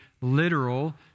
literal